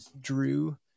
drew